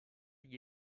gli